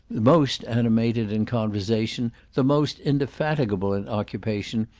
the most animated in conversation, the most indefatigable in occupation,